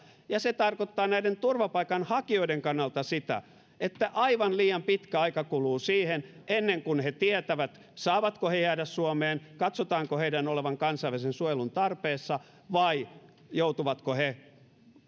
ja se tarkoittaa näiden turvapaikanhakijoiden kannalta sitä että aivan liian pitkä aika kuluu siihen ennen kuin he tietävät saavatko he jäädä suomeen katsotaanko heidän olevan kansainvälisen suojelun tarpeessa vai joutuvatko he